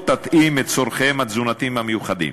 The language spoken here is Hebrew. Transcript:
תתאים את צורכיהם התזונתיים המיוחדים.